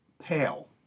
pale